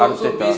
arteta